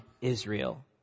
Israel